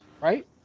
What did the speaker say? right